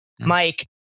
Mike